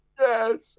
Yes